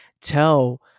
tell